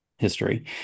history